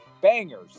bangers